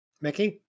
Mickey